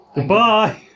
Goodbye